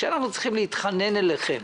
כשאנחנו צריכים להתחנן אליכם